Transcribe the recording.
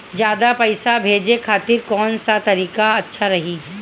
ज्यादा पईसा भेजे खातिर कौन सा तरीका अच्छा रही?